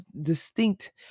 distinct